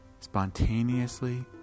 spontaneously